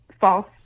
false